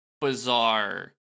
bizarre